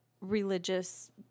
religious